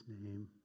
name